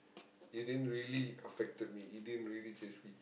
it didn't really affected me it didn't really change me